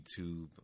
YouTube